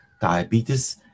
diabetes